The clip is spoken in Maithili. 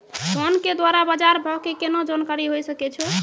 फोन के द्वारा बाज़ार भाव के केना जानकारी होय सकै छौ?